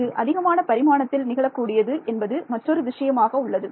இது அதிகமான பரிமாணத்தில் நிகழக் கூடியது என்பது மற்றொரு விஷயமாக உள்ளது